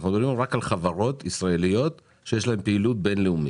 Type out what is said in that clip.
אנחנו מדברים רק על חברות ישראליות שיש להן פעילות בינלאומית,